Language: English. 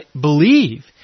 believe